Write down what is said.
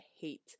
hate